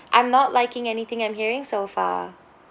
I'm not liking anything I'm hearing so far